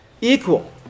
equal